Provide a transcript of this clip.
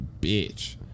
bitch